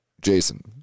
Jason